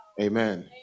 Amen